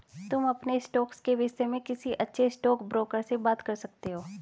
तुम अपने स्टॉक्स के विष्य में किसी अच्छे स्टॉकब्रोकर से बात कर सकते हो